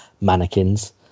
mannequins